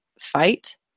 fight